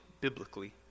biblically